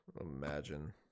Imagine